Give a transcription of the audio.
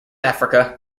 africa